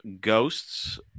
ghosts